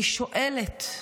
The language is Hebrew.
אני שואלת: